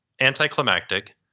anticlimactic